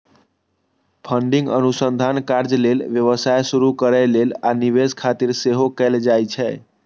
funding अनुसंधान कार्य लेल, व्यवसाय शुरू करै लेल, आ निवेश खातिर सेहो कैल जाइ छै